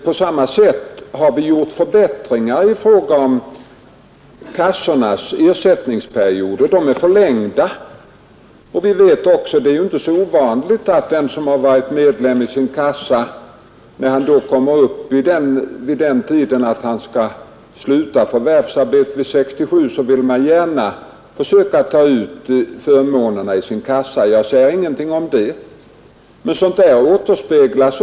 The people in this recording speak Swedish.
På samma sätt har vi företagit förbättringar i fråga om kassornas ersättningsperioder; de har förlängts. Det är inte så ovanligt att folk när de närmar sig den ålder då de skall sluta sitt förvärvsarbete — 67 år — försöker ta ut förmånerna i sin kassa. Och jag säger ingenting om det berättigade i detta.